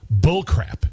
bullcrap